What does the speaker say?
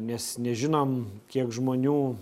nes nežinom kiek žmonių